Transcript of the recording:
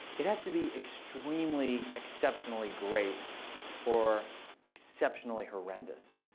it has to be extremely, exceptionally great or exceptionally horrendous.